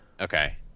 Okay